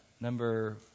number